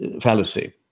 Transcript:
fallacy